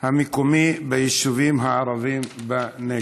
המקומי ביישובים הערביים בנגב.